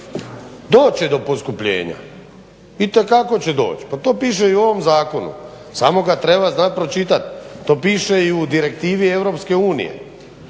Doć će do poskupljenja, itekako će doć, pa to piše i u ovom zakonu samo ga treba znat pročitati. To piše i u direktivi EU da